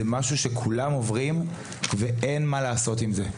משהו שכולם עוברים ואין מה לעשות עם זה.